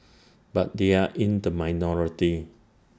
but they are in the minority